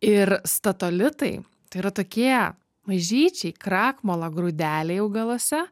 ir statolitai tai yra tokie mažyčiai krakmolo grūdeliai augaluose